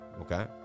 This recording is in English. okay